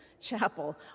chapel